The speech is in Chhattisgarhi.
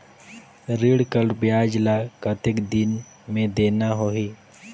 ऋण कर ब्याज ला कतेक दिन मे देना होही?